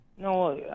No